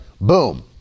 Boom